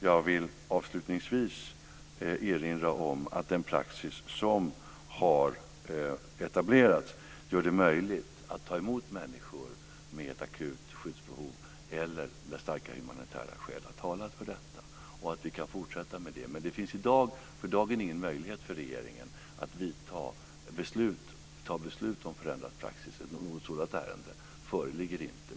Jag vill avslutningsvis erinra om att den praxis som har etablerats gör det möjligt att ta emot människor med akut skyddsbehov liksom när starka humanitära skäl talar för detta och att vi kan fortsätta med det. Men det finns för dagen ingen möjlighet för regeringen att fatta beslut om förändrad praxis. Något sådant ärende föreligger inte.